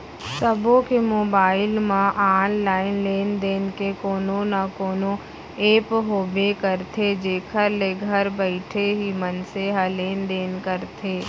सबो के मोबाइल म ऑनलाइन लेन देन के कोनो न कोनो ऐप होबे करथे जेखर ले घर बइठे ही मनसे ह लेन देन करथे